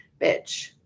bitch